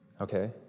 Okay